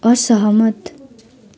असहमत